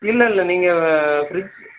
இல்லைல்ல நீங்கள் ஃபிரிட்ஜ்